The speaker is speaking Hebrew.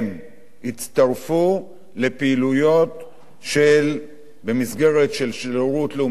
יצטרפו לפעילויות במסגרת של שירות לאומי אזרחי,